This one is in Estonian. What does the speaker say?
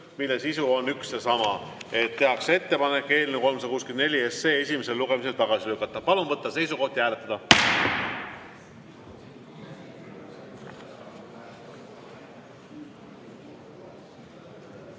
mille sisu on üks ja sama: tehakse ettepanek eelnõu 364 esimesel lugemisel tagasi lükata. Palun võtta seisukoht ja hääletada!